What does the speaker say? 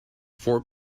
four